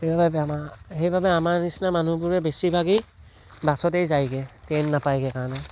সেইবাবে আমাৰ সেইবাবে আমাৰ নিচিনা মানুহ বেছিভাগেই বাছতেই যায়গৈ ট্ৰেইন নাপায়গৈ কাৰণে